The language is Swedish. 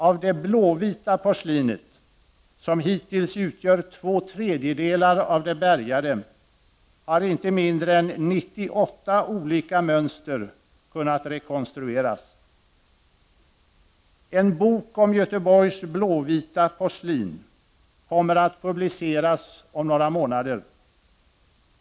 Av det blåvita porslinet, som hittills utgör 2/3 av det bärgade, har inte mindre än 98 olika mönster kunnat rekonstrueras. En bok om Götheborgs blåvita porslin kommer att publiceras om några månader.